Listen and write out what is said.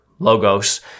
logos